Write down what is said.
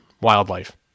wildlife